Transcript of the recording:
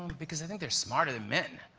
because i think they're smarter than men.